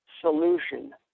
solution